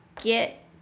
get